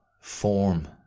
form